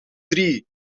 drie